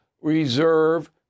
reserve